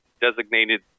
designated